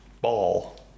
Ball